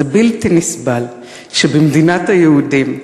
זה בלתי נסבל שבמדינת היהודים,